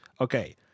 Okay